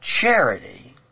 charity